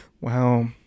wow